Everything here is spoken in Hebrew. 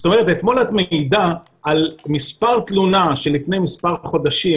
זאת אומרת אתמול את מעידה על מספר תלונה שלפני מספר חודשים